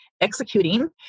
executing